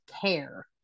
care